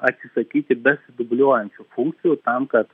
atsisakyti besidubliuojančių funkcijų tam kad